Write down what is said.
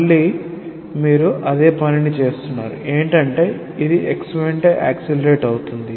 మళ్ళీ మీరు అదే పనిని చేస్తున్నారు ఏంటంటే ఇది x వెంట యాక్సెలేరేట్ అవుతుంది